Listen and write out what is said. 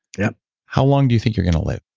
yeah how long do you think you're going to live?